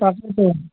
তাকেতো